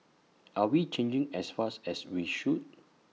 are we changing as fast as we should